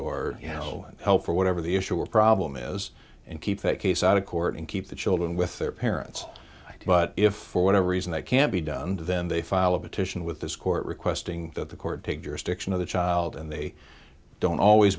or you know help for whatever the issue or problem is and keep that case out of court and keep the children with their parents but if for whatever reason that can't be done and then they file a petition with this court requesting that the court take jurisdiction of the child and they don't always